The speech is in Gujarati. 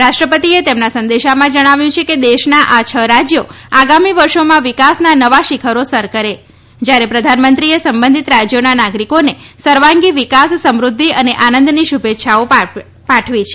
રાષ્ટ્રપતિએ તેમના સંદેશામાં જણાવ્યું છે કે દેશના આ છ રાજ્યો આગામી વર્ષોમાં વિકાસના નવા શિખરો સર કરે જ્યારે પ્રધાનમંત્રીએ સંબંધીત રાજ્યોના નાગરિકોને સર્વાંગી વિકાસ સમૃદ્ધિ અને આનંદની શુભેચ્છાઓ આપી છે